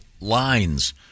lines